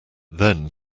then